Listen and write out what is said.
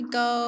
go